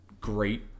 great